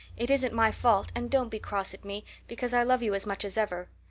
it isn't my fault and don't be cross at me, because i love you as much as ever.